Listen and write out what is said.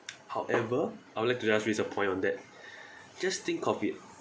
however I would like to ask you some point of that just think of it